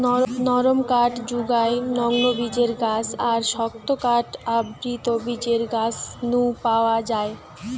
নরম কাঠ জুগায় নগ্নবীজের গাছ আর শক্ত কাঠ আবৃতবীজের গাছ নু পাওয়া যায়